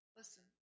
listen